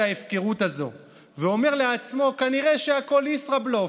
ההפקרות הזו ואומר לעצמו: כנראה שהכול ישראבלוף,